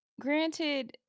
granted